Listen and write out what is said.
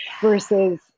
versus